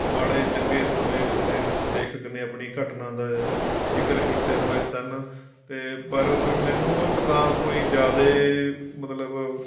ਮਾੜੇ ਚੰਗੇ ਸਮੇਂ ਉਸਨੇ ਲੇਖਕ ਨੇ ਆਪਣੀ ਘਟਨਾ ਦਾ ਜ਼ਿਕਰ ਕੀਤੇ ਹੋਏ ਸਨ ਅਤੇ ਪਰ ਮੈਨੂੰ ਉਹ ਕਿਤਾਬ ਕੋਈ ਜ਼ਿਆਦਾ ਮਤਲਬ